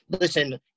listen